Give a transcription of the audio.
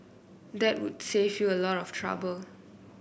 that would save you a lot of trouble